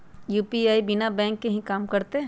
UPI बिना bank के भी कम करतै?